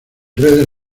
redes